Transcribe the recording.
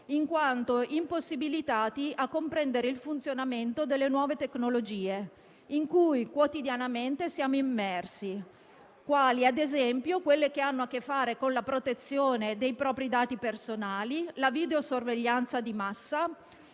in quanto impossibilitati a comprendere il funzionamento delle nuove tecnologie in cui quotidianamente siamo immersi, quali ad esempio quelle che hanno a che fare con la protezione dei propri dati personali, la videosorveglianza di massa,